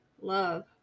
love